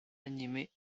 animés